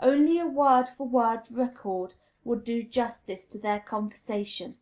only a word-for-word record would do justice to their conversation